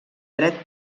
dret